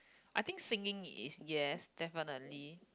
I think singing is yes definitely